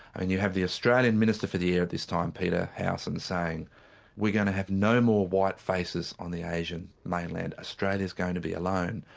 and you have the australian minister for the air at this time, peter howson, saying we're going to have no more white faces on the asian mainland, australia's going to be alone.